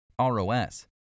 ROS